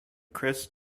cris